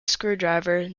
screwdriver